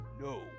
No